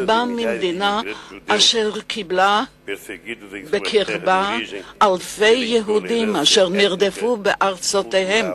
אני בא ממדינה אשר קיבלה אל קרבה אלפי יהודים אשר נרדפו בארצותיהם,